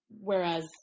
Whereas